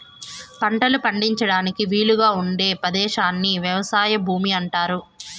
పంటలు పండించడానికి వీలుగా ఉండే పదేశాన్ని వ్యవసాయ భూమి అంటారు